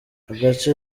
agace